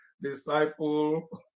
disciple